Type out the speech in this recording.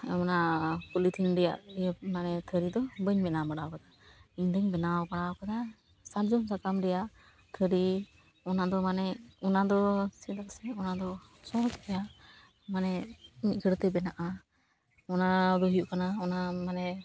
ᱚᱱᱟ ᱯᱩᱞᱤᱛᱷᱤᱱ ᱨᱮᱭᱟᱜ ᱢᱟᱱᱮ ᱛᱷᱟᱹᱨᱤ ᱫᱚ ᱵᱟᱹᱧ ᱵᱮᱱᱟᱣ ᱵᱟᱲᱟ ᱟᱠᱟᱫᱟ ᱤᱧ ᱫᱚᱧ ᱵᱮᱱᱟᱣ ᱵᱟᱲᱟ ᱟᱠᱟᱫᱟ ᱥᱟᱨᱡᱚᱢ ᱥᱟᱠᱟᱢ ᱨᱮᱭᱟᱜ ᱛᱷᱟᱹᱨᱤ ᱚᱱᱟ ᱫᱚ ᱢᱟᱱᱮ ᱚᱱᱟ ᱫᱚ ᱪᱮᱫᱟᱜ ᱥᱮ ᱚᱱᱟ ᱫᱚ ᱥᱚᱦᱚᱡᱽ ᱜᱮᱭᱟ ᱢᱟᱱᱮ ᱢᱤᱫ ᱜᱷᱟᱹᱲᱤ ᱛᱮ ᱵᱮᱱᱟᱜᱼᱟ ᱚᱱᱟ ᱫᱚ ᱦᱩᱭᱩᱜ ᱠᱟᱱᱟ ᱚᱱᱟ ᱢᱟᱱᱮ